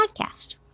podcast